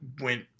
went